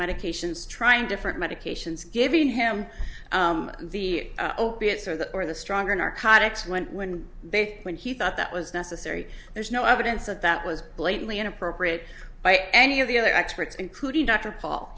medications trying different medications giving him the opiates or the or the stronger narcotics when when they when he thought that was necessary there's no evidence of that was blatantly in appropriate by any of the other experts including d